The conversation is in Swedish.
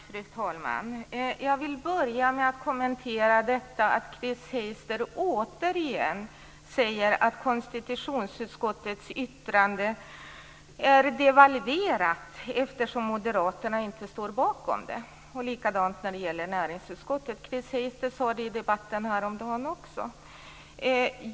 Fru talman! Jag vill börja med att kommentera detta att Chris Heister återigen säger att konstitutionsutskottets yttrande är devalverat eftersom Moderaterna inte står bakom det - och likadant när det gäller näringsutskottet. Chris Heister sade det i debatten häromdagen också.